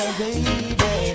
baby